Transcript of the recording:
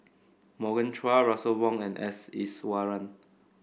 Morgan Chua Russel Wong and S Iswaran